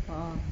ah ah